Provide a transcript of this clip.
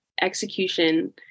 execution